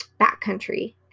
backcountry